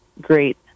great